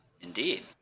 Indeed